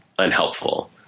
Unhelpful